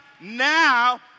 now